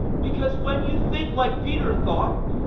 because when you think like peter thought,